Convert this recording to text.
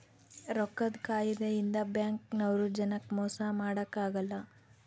ರೊಕ್ಕದ್ ಕಾಯಿದೆ ಇಂದ ಬ್ಯಾಂಕ್ ನವ್ರು ಜನಕ್ ಮೊಸ ಮಾಡಕ ಅಗಲ್ಲ